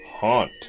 Haunt